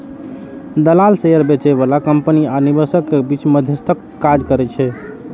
दलाल शेयर बेचय बला कंपनी आ निवेशक के बीच मध्यस्थक काज करै छै